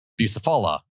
Bucephala